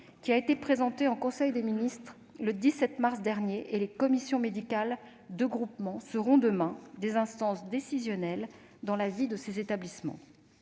a été présentée en conseil des ministres le 17 mars dernier. Les commissions médicales de groupements seront demain des instances décisionnelles dans la vie de ces établissements.